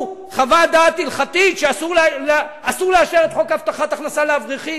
חוות דעת הלכתית שאסור לאשר את חוק הבטחת הכנסה לאברכים.